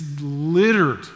littered